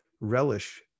relish